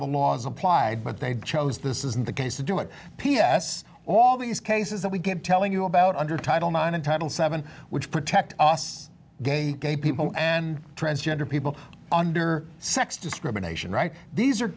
the law is applied but they chose this isn't the case to do it p s all these cases that we get telling you about under title nine and title seven which protect us gay people and transgender people under sex discrimination right these are